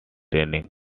training